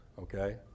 okay